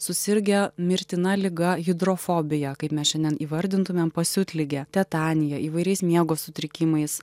susirgę mirtina liga hidrofobija kaip mes šiandien įvardintumėme pasiutlige tetanija įvairiais miego sutrikimais